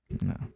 No